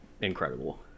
incredible